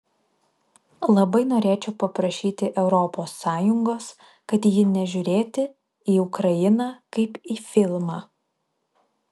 labai norėčiau paprašyti europos sąjungos kad ji nežiūrėti į ukrainą kaip į filmą